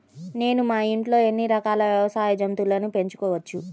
నేను మా ఇంట్లో ఎన్ని రకాల వ్యవసాయ జంతువులను పెంచుకోవచ్చు?